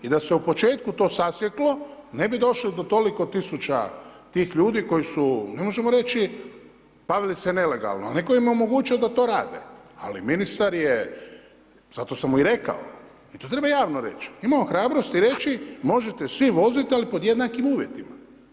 I da se u početku to sasjeklo, ne bi došli do toliko tisuća tih ljudi koji su ne možemo reći bavili se nelegalno ali netko je imao mogućnost da to rade ali ministar je, zato sam mu i rekao, i to treba javno reći, imao hrabrosti reći možete svi voziti ali pod jednakim uvjetima.